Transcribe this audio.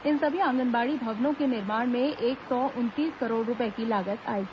इन सभी आंगनबाड़ी भवनों के निर्माण में एक सौ उनतीस करोड़ रूपए की लागत आएगी